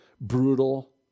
brutal